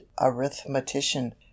arithmetician